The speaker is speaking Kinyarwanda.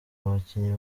abakinnyi